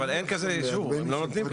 אבל אין כזה אישור, הם לא נותנים כזה.